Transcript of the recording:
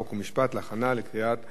חוק ומשפט נתקבלה.